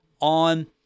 on